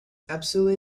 absolutely